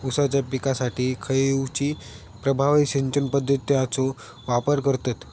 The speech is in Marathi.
ऊसाच्या पिकासाठी खैयची प्रभावी सिंचन पद्धताचो वापर करतत?